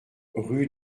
rue